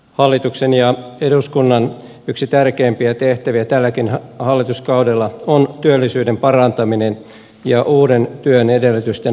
hallituksen ja eduskunnan yksi tärkeimpiä tehtäviä tälläkin hallituskaudella on työllisyyden parantaminen ja uuden työn edellytysten luominen